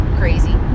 crazy